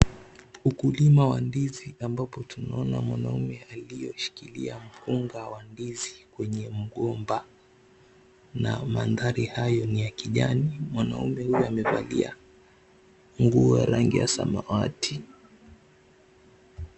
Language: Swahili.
Ukulima wa ndizi ambapo tunaona mwanume aliyeshikilia mkunga wa ndizi kwenye mgomba, na mandhari hayo ni ya kijani. Mwanaume huyu amevalia nguo ya rangi ya samawati.